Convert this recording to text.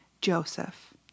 Joseph